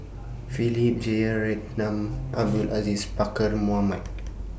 Philip Jeyaretnam Abdul Aziz Pakkeer Mohamed